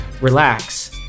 relax